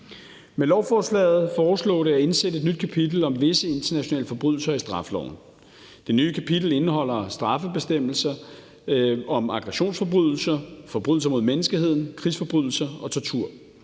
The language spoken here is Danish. Med lovforslaget foreslås det at indsætte et nyt kapitel om visse internationale forbrydelser i straffeloven. Det nye kapitel indeholder straffebestemmelser om aggressionsforbrydelser, forbrydelser mod menneskeheden, krigsforbrydelser og tortur.